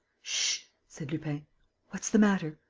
ssh! said lupin. what's the matter?